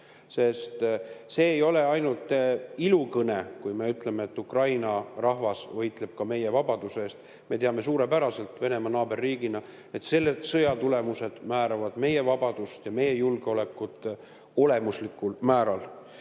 sest see ei ole ainult ilukõne, kui me ütleme, et Ukraina rahvas võitleb ka meie vabaduse eest. Me teame suurepäraselt Venemaa naaberriigina, et selle sõja tulemused määravad meie vabaduse ja meie julgeoleku olemuslikul määral.